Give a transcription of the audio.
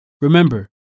remember